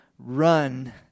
run